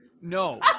No